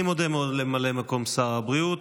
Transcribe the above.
אני מודה מאוד לממלא מקום שר הבריאות.